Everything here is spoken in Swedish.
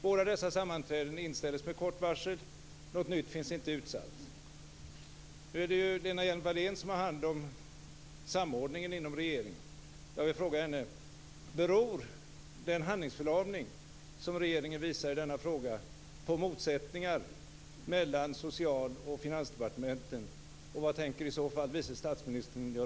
Båda dessa sammanträden inställdes med kort varsel. Något nytt finns inte utsatt. Nu är det Lena Hjelm-Wallén som har hand om samordningen inom regeringen. Jag vill fråga henne: Beror den handlingsförlamning som regeringen visar i denna fråga på motsättningar mellan Social och